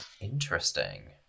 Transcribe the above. Interesting